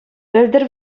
пӗлтӗр